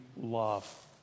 love